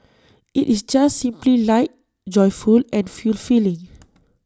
IT is just simply light joyful and fulfilling